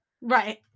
Right